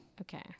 Okay